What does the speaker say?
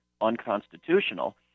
unconstitutional